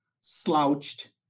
slouched